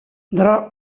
dra